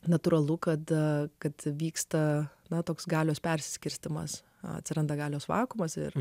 natūralu kada kad vyksta na toks galios perskirstymas atsiranda galios vakuumas ir